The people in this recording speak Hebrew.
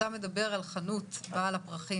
כשאתה מדבר על חנות הפרחים,